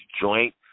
joint